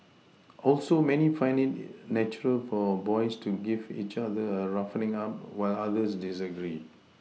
also many find it natural for boys to give each other a roughening up while others disagree